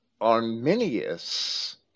Arminius